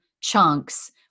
chunks